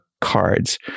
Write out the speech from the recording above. cards